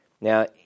Now